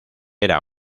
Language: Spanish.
era